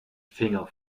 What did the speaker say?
finger